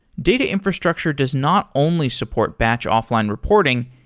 data infrastructure does not only support batch offline reporting,